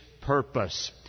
purpose